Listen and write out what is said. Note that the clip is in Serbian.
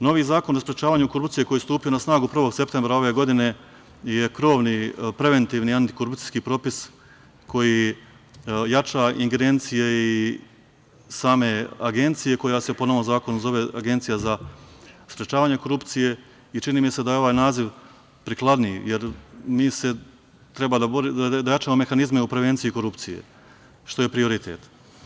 Novi Zakon o sprečavanju korupcije koji je stupio na snagu 1. septembra ove godine je krovni preventivni aktikorupcijski propis koji jača ingerencije i same Agencije koja se po novom zakonu zove Agencija za sprečavanje korupcije i čini mi se da je ovaj naziv prikladniji jer treba da jačamo mehanizme u prevenciji korupcije, što je prioritet.